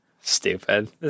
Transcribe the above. Stupid